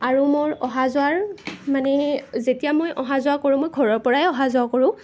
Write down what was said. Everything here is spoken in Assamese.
আৰু মোৰ অহা যোৱাৰ মানে যেতিয়া মই অহা যোৱা কৰোঁ মই ঘৰৰ পৰাই অহা যোৱা কৰোঁ